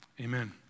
amen